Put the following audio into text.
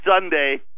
Sunday